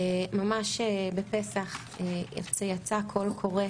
ממש בפסח יצא קול קורא